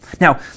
Now